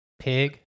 Pig